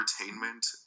entertainment